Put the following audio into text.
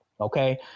okay